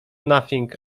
nothing